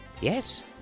Yes